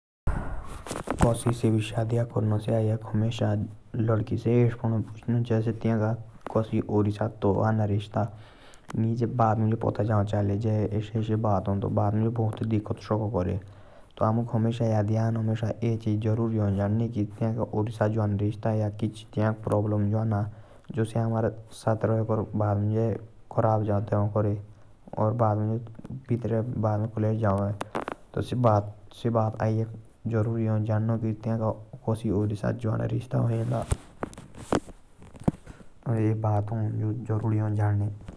कसिसे भी सादिया करना से अग्याग यो। पड़नो पुछनो की कैसी साथ रेइस्ता जो हाना। ताकि आगे जाएकर दिकत ना हा।